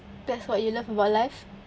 that's what you love about life